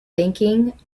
thinking